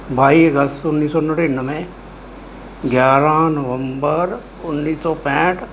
ਬਾਈ ਅਗਸਤ ਉੱਨੀ ਸੌ ਨੜਿਨਵੇਂ ਗਿਆਰਾਂ ਨਵੰਬਰ ਉੱਨੀ ਸੌ ਪੈਂਹਠ